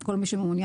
כל מי שמעונין,